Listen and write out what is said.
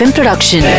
Production